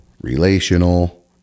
relational